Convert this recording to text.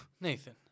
Nathan